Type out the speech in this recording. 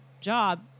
job